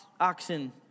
oxen